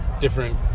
different